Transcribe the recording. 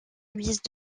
louise